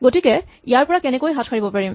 গতিকে আমি ইয়াৰ পৰা কেনেকৈ হাত সাৰিব পাৰিম